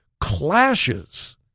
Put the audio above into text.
clashes